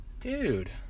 Dude